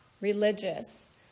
religious